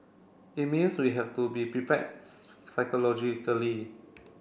it means we have to be prepared psychologically